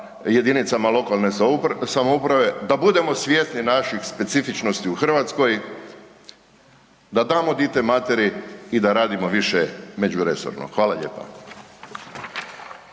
jedinicama lokalne samouprave, da budemo svjesni naših specifičnosti u Hrvatskoj, da damo dite materi i da damo više međuresorno. Hvala lijepa.